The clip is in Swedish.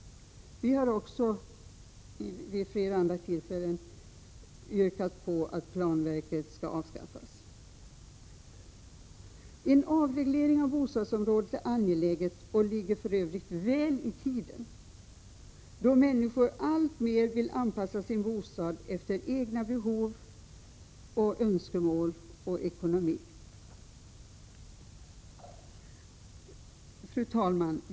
Vi har också vid flera andra tillfällen yrkat på att planverket skall avskaffas. En avreglering på bostadsområdet är angelägen och ligger för övrigt väl i tiden. Människor vill alltmer anpassa sin bostad efter egna behov, egna önskemål och egen ekonomi. Fru talman!